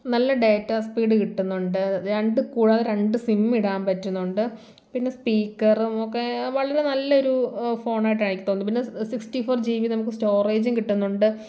നല്ല data speed കിട്ടുന്നുണ്ട് രണ്ട് കൂടാതെ രണ്ട് സിം ഇടാൻ പറ്റുന്നുണ്ട് പിന്നെ സ്പീക്കറും ഒക്കെ വളരെ നല്ലൊരു ഫോൺ ആയിട്ടാണ് എനിക്ക് തോന്നിയത് പിന്നെ സിക്സ്റ്റി ഫോർ ജി ബി നമുക്ക് സ്റ്റോറേജും കിട്ടുന്നുണ്ട്